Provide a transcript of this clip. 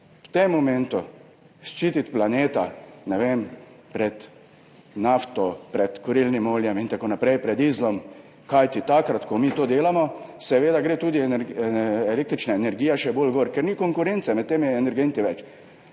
v tem momentu ščititi planeta, ne vem, pred nafto, pred kurilnim oljem, pred dizlom in tako naprej, kajti takrat, ko mi to delamo, gre seveda tudi električna energija še bolj gor, ker ni več konkurence med temi energenti.